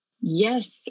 Yes